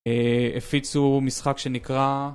הפיצו משחק שנקרא...